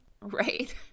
Right